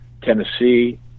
Tennessee